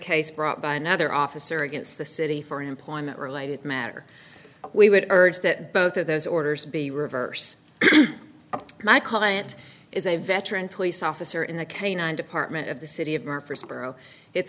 case brought by another officer against the city for employment related matter we would urge that both of those orders be reverse my client is a veteran police officer in the canine department of the city of